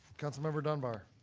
councilmember dunbar.